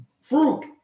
fruit